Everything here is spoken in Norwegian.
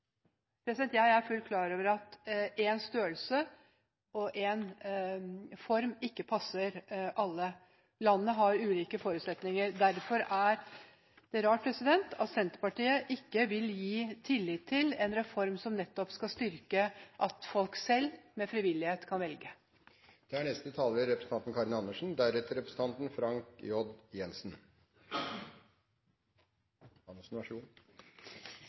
Jeg er fullt ut klar over at én størrelse og én form ikke passer alle. Landet har ulike forutsetninger. Derfor er det rart at Senterpartiet ikke vil gi tillit til en reform som nettopp skal styrke at folk selv, med frivillighet, kan velge. Jeg er